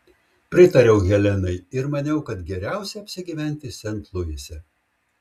pritariau helenai ir maniau kad geriausia apsigyventi sent luise